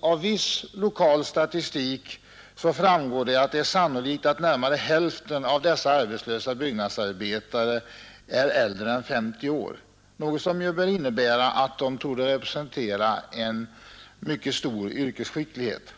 Av viss lokal statistik framgår att det är sannolikt att närmare hälften av dessa arbetslösa byggnadsarbetare är äldre än 50 år, något som innebär att de torde representera en mycket stor yrkesskicklighet.